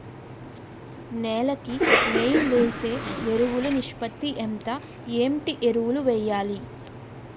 నేల కి మెయిన్ వేసే ఎరువులు నిష్పత్తి ఎంత? ఏంటి ఎరువుల వేయాలి?